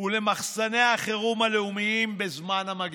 ולמחסני החירום הלאומיים בזמן המגפה.